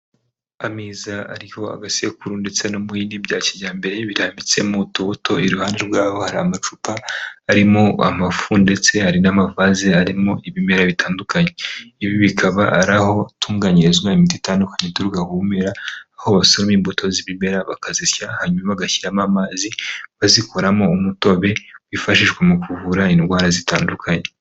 Ameza ariho agasekuru ndetse no mu yindi bya kijyambere birambitse mu tubuto iruhande rwabo hari amacupa arimo amafu ndetse hari n'amavaze arimo ibimera bitandukanye ibi bikaba ari aho batunganyiriza imiti itandukanye ituruka ku bimera aho basoroma imbuto z'ibimera bakazisya hanyuma bagashyiramo amazi bakazikoramo umutobe wifashishwa mu kuvura indwara zitandukanye.